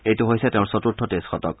এইটো হৈছে তেওঁৰ চতুৰ্থ টেষ্ট শতক